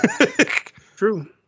True